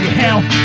hell